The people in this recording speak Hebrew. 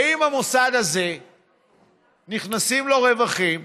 ואם למוסד הזה נכנסים רווחים,